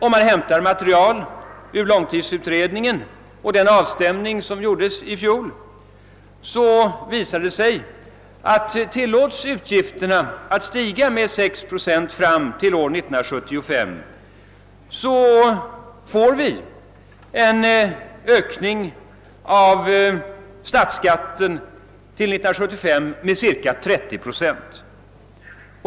Om man hämtar material ur långtidsutredningen och den avstämning som gjordes i fjol visar det sig, att om utgifterna tillåts att stiga med 6 procent fram till år 1975 får vi en ökning av statsskatten till 1975 med cirka 30 procent.